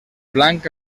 blanc